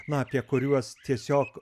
na apie kuriuos tiesiog